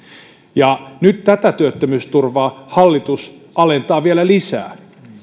nyt tätä työttömyysturvaa hallitus alentaa vielä lisää